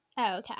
Okay